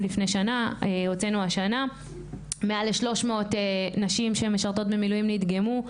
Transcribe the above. הוצאנו השנה מעל ל 300 נשים שמשרתות במילואים שנדגמו,